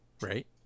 right